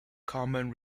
common